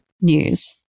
news